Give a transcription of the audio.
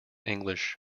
english